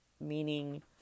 meaning